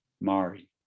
Mari